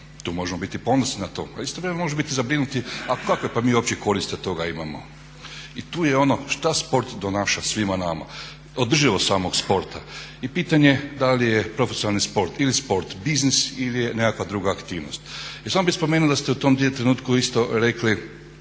Tu možemo biti ponosni na to, a istovremeno možemo biti i zabrinuti a kakve mi uopće koristi od toga imamo? I tu je ono šta sport donaša svima nama, održivost samog sporta, i pitanje da li je profesionalni sport ili sport biznis ili je nekakva druga aktivnost? I još samo bi spomenuo da ste u tom trenutku isto rekli,